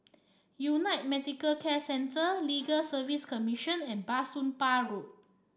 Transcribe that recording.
United Medicare Centre Legal Service Commission and Bah Soon Pah Road